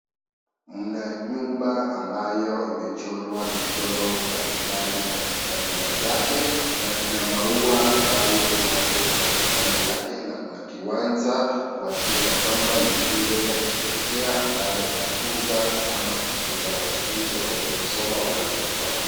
Mna nyumba ambayo imechorwa michoro mbalimbali katika nyuta zake, na kuna maua ambayo yako kando kando yake na kuna kiwanja kuashiria kwamba ni shule ya chekechea ambayo inakuza ama kuimiza wanafunzi waweze kusoma wanapokuwa nje.